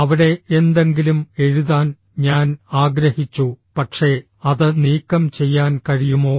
അവിടെ എന്തെങ്കിലും എഴുതാൻ ഞാൻ ആഗ്രഹിച്ചു പക്ഷേ അത് നീക്കം ചെയ്യാൻ കഴിയുമോ